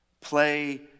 play